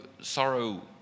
sorrow